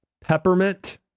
peppermint